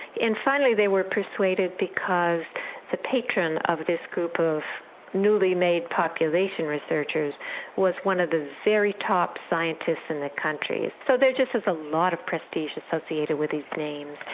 and finally they were persuaded because the patron of this group of newly-made population researchers was one of the very top scientists in the country. so there just was a lot of prestige associated with these names,